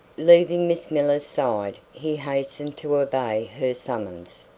leaving miss miller's side, he hastened to obey her summons.